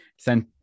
sent